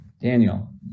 Daniel